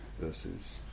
Versus